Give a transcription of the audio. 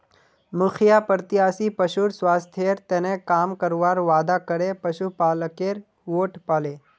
मुखिया प्रत्याशी पशुर स्वास्थ्येर तने काम करवार वादा करे पशुपालकेर वोट पाले